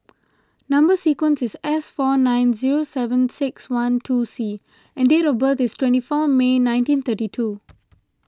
Number Sequence is S four nine zero seven six one two C and date of birth is twenty four May nineteen thirty two